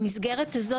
במסגרת הזאת,